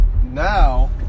Now